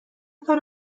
کاری